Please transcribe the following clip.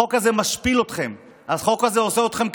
החוק הזה משפיל אתכם, החוק הזה עושה אתכם קטנים.